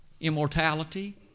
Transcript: Immortality